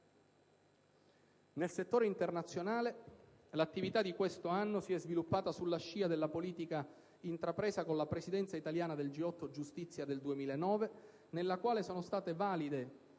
Nel settore internazionale, l'attività di questo anno si è sviluppata sulla scia della politica intrapresa con la Presidenza italiana del G8 giustizia del 2009 nella quale sono state valide,